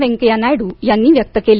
वेंकय्या नायडू यांनी व्यक्त केली